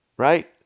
Right